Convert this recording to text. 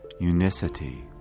unicity